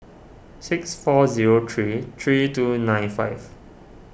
six four zero three three two nine five